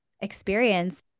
experience